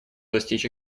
достичь